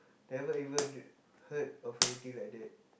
never even heard of anything like that